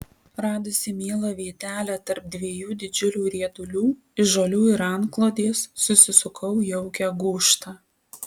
radusi mielą vietelę tarp dviejų didžiulių riedulių iš žolių ir antklodės susisukau jaukią gūžtą